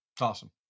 Awesome